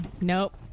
Nope